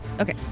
Okay